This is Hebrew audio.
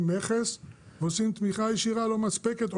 מכס ועושים תמיכה ישירה לא מספקת,